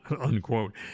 unquote